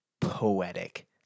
poetic